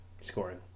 scoring